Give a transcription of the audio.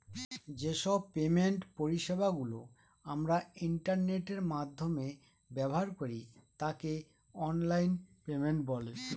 যে সব পেমেন্ট পরিষেবা গুলো আমরা ইন্টারনেটের মাধ্যমে ব্যবহার করি তাকে অনলাইন পেমেন্ট বলে